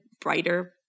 brighter